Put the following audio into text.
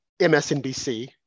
MSNBC